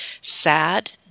sad